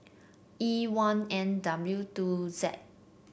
E one N W two Z